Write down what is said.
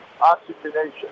oxygenation